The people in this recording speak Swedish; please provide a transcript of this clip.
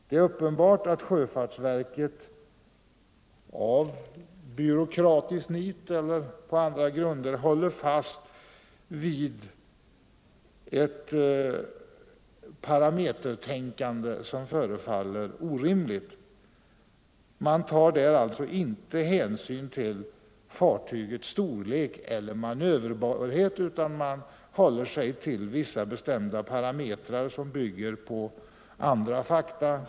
Det är uppenbart att sjöfartsverket i byråkratiskt nit eller på andra grunder håller fast vid ett parametertänkande som förefaller orimligt. Man tar där alltså inte hänsyn till fartygets storlek eller manöverbarhet, utan man håller sig till vissa bestämda parametrar, som bygger på andra fakta.